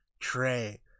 tray